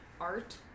art